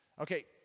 Okay